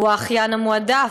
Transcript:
הוא האחיין המועדף,